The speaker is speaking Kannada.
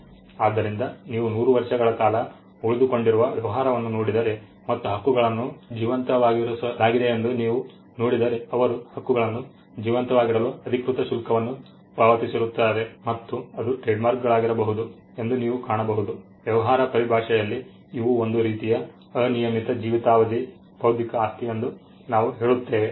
ಆದ್ದರಿಂದ ನೀವು 100 ವರ್ಷಗಳ ಕಾಲ ಉಳಿದುಕೊಂಡಿರುವ ವ್ಯವಹಾರವನ್ನು ನೋಡಿದರೆ ಮತ್ತು ಹಕ್ಕುಗಳನ್ನುಚಿಹ್ನೆ ಜೀವಂತವಾಗಿರಿಸಲಾಗಿದೆಯೆಂದು ನೀವು ನೋಡಿದರೆ ಅವರು ಹಕ್ಕುಗಳನ್ನುಚಿಹ್ನೆ ಜೀವಂತವಾಗಿಡಲು ಅಧಿಕೃತ ಶುಲ್ಕವನ್ನು ಪಾವತಿಸಿರುತ್ತಾರೆ ಮತ್ತು ಅದು ಟ್ರೇಡ್ಮಾರ್ಕ್ಗಳಾಗಿರಬಹುದು ಎಂದು ನೀವು ಕಾಣಬಹುದು ವ್ಯವಹಾರ ಪರಿಭಾಷೆಯಲ್ಲಿ ಇವು ಒಂದು ರೀತಿಯ ಅನಿಯಮಿತ ಜೀವಿತಾವಧಿ ಬೌದ್ಧಿಕ ಆಸ್ತಿ ಎಂದು ನಾವು ಹೇಳುತ್ತೇವೆ